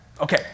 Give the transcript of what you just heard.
Okay